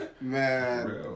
Man